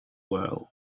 world